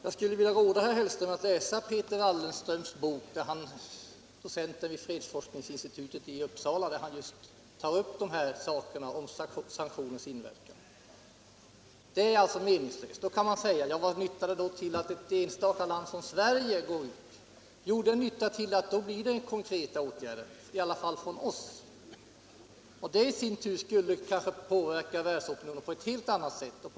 Jag skulle vilja råda herr Hellström att läsa boken av Peter Wallensteen, docenten vid fredsforskningsinstitutet i Uppsala. Han tar i den upp just sanktioners inverkan. De är meningslösa. Nu kan man säga: Vad nyttar det då att ett enstaka land som Sverige inför förbud? Jo, då vidtas det konkreta åtgärder i varje fall av oss, och det i sin tur skulle kanske påverka världsopinionen på ett helt annat sätt.